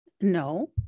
No